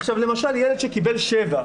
עכשיו, ילד שקיבל 7,